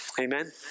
amen